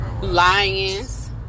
Lions